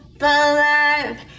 alive